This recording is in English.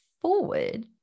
forward